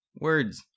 Words